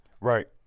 Right